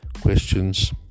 questions